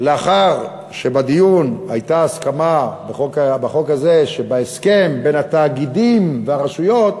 לאחר שבדיון בחוק הזה הייתה הסכמה שבהסכם בין התאגידים והרשויות